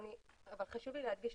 חשוב לי להדגיש,